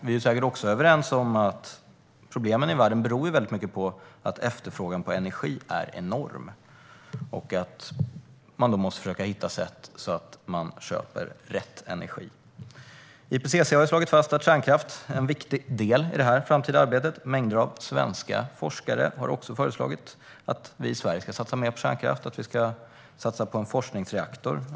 Vi är säkert också överens om att problemen i världen beror väldigt mycket på att efterfrågan på energi är enorm. Man måste då försöka att hitta sätt för att köpa rätt energi. IPCC har slagit fast att kärnkraft är en viktig del i det framtida arbetet. Mängder av svenska forskare har också föreslagit att vi i Sverige ska satsa mer på kärnkraft och att vi ska satsa på en forskningsreaktor.